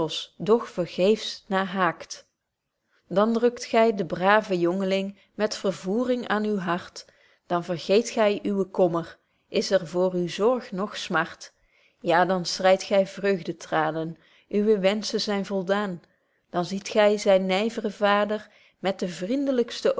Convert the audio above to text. doch vergeefsch naar haakt dan drukt gy den braven jong'ling met vervoering aan uw hart dan vergeet gy uwen kommer is er voor u zorg noch smart ja dan schreit gy vreugdetraanen uwe wenschen zyn voldaan dan ziet gy zyn nyvren vader met de